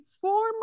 former